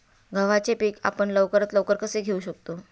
गव्हाचे पीक आपण लवकरात लवकर कसे घेऊ शकतो?